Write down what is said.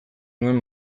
nuen